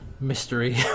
mystery